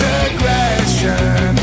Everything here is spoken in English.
aggression